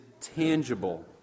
tangible